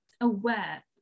aware